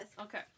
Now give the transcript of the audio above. okay